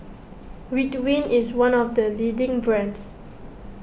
Ridwind is one of the leading brands